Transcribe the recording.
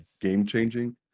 game-changing